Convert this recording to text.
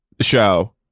show